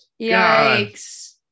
Yikes